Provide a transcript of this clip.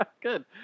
Good